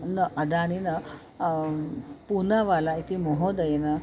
न अदानी न पुनवला इति महोदयेन